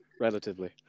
Relatively